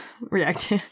react